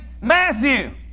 Matthew